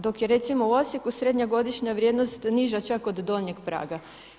Dok je recimo u Osijeku srednja godišnja vrijednost niža čak od donjeg praga.